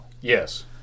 Yes